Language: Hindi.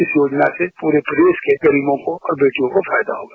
इस योजना से पूरे प्रदेश गरीब को और बेटियों को फायदा होगा